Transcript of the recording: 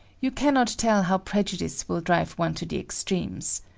you cannot tell how prejudice will drive one to the extremes.